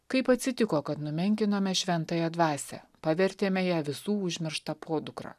kaip atsitiko kad numenkinome šventąją dvasią pavertėme ją visų užmiršta podukra